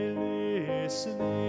listening